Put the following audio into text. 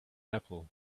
apple